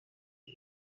des